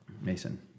Mason